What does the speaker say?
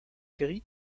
gris